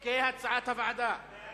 קבוצת קדימה, קבוצת מרצ,